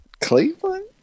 Cleveland